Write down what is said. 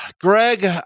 Greg